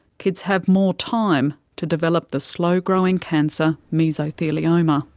kids have more time to develop the slow-growing cancer mesothelioma.